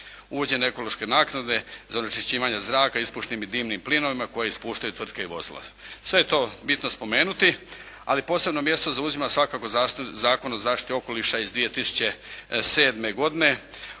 uvođenjem ekološke naknade za onečišćivanje zraka ispušnim i dimnim plinovima koje ispuštaju tvrtke i vozila. Sve je to bitno spomenuti, ali posebno mjesto zauzima svakako Zakon o zaštiti okoliša iz 2007. godine